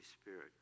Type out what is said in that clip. Spirit